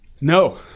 No